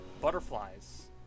butterflies